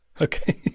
Okay